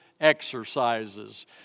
exercises